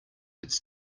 its